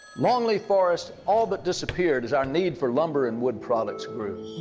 longleaf forest all but disappeared, as our need for lumber and wood products grew!